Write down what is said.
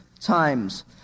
times